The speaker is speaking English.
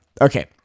okay